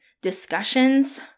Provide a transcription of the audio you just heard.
discussions